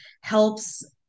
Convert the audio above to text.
helps